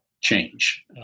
change